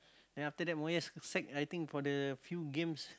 then after that Moyes sacked I think for the few games